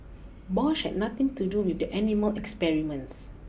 Bosch had nothing to do with the animal experiments